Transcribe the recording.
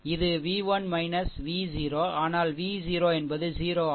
இது v 1 v 0 ஆனால் v 0 என்பது 0 ஆகும்